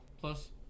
Plus